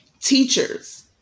teachers